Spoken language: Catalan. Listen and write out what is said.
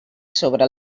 sobre